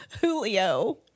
Julio